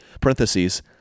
Parentheses